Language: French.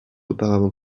auparavant